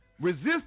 Resist